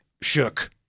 Shook